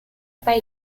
pas